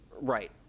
right